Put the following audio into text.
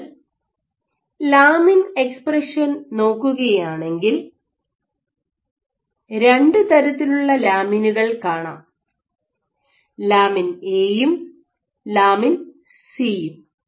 നിങ്ങൾ lamin expression നോക്കുകയാണെങ്കിൽ രണ്ടുതരത്തിലുള്ള ലാമിനുകൾ കാണാം ലാമിൻ എ യും ലാമിൻ സി യും Lamin AC